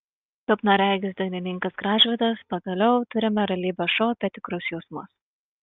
silpnaregis dainininkas gražvydas pagaliau turime realybės šou apie tikrus jausmus